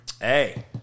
Hey